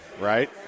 right